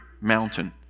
mountain